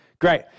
Great